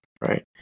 right